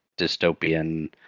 dystopian